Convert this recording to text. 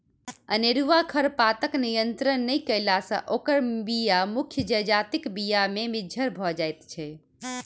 अनेरूआ खरपातक नियंत्रण नै कयला सॅ ओकर बीया मुख्य जजातिक बीया मे मिज्झर भ जाइत छै